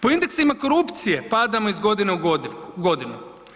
Po indeksima korupcije padamo iz godine u godinu.